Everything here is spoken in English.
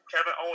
Kevin